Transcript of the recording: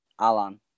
Alan